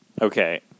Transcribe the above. Okay